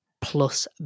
plus